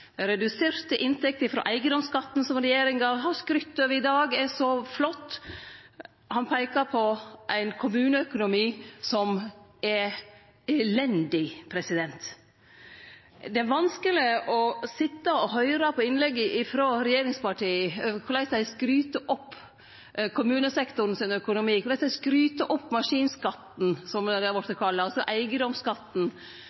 reduserte inntekter frå eigedomsskatten, som regjeringa i dag har skrytt av at er så flott. Han peikar på ein kommuneøkonomi som er elendig. Det er vanskeleg å sitje og høyre på innlegga frå regjeringspartia og korleis dei skryter opp økonomien til kommunesektoren, korleis dei skryter opp maskinskatten, som han har